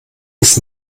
ist